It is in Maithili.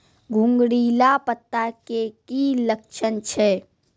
घुंगरीला पत्ता के की लक्छण छै?